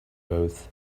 both